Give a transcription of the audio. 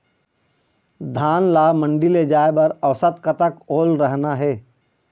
धान ला मंडी ले जाय बर औसत कतक ओल रहना हे?